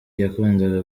yakundaga